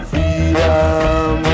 Freedom